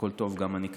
הכול טוב, גם אני כזה.